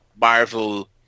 Marvel